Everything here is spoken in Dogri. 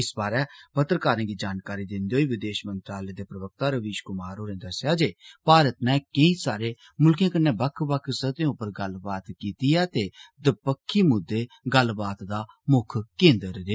इस बारै पत्रकारें गी जानकारी दिन्दे होई विदेश मंत्रालय दे प्रवक्ता रवीश कुमार होरें दस्सेआ जे भारत ने केई सारे मुल्खे कन्नै बक्ख बक्ख सतहैं उप्पर गल्लबात कीती ऐ ते दपक्खी मुद्दें गल्लबात दा मुक्ख केन्द्र हे